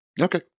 Okay